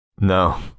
No